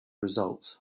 results